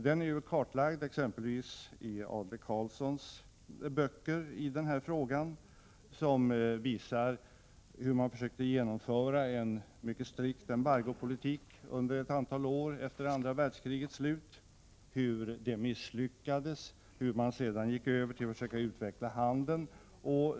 Den är kartlagd exempelvis i Adler-Karlssons böcker i denna fråga, vilka visar hur man har försökt genomföra en mycket strikt embargopolitik under ett antal år efter andra världskrigets slut, hur detta misslyckades och hur man sedan har försökt utveckla handeln.